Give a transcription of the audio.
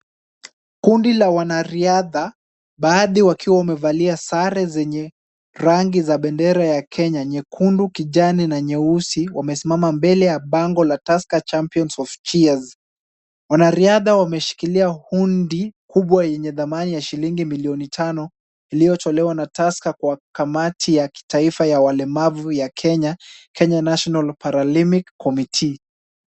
Kundi la wanariadha baadhi wakiwa wamevalia sare zenye rangi za bendera ya Kenya ,nyekundu, kijani na nyeusi wamesimama mbele ya bango la Tusker champion of cheers. Wanariadha wameshikilia hundi kubwa lenye dhamani ya shilingi milioni tano iliyotolewa na Tusker kwa kamati ya taifa ya walemavu wa kenya, Kenya national paralympic committee.